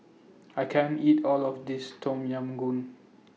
I can't eat All of This Tom Yam Goong